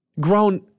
grown